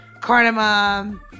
cardamom